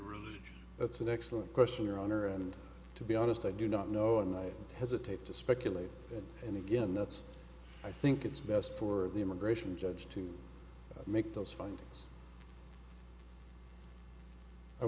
religion that's an excellent question your honor and to be honest i do not know and i hesitate to speculate and again that's i think it's best for the immigration judge to make those fin